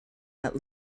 that